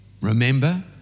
Remember